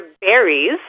berries